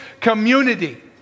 community